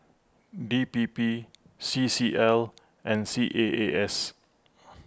D P P C C L and C A A S